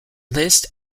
list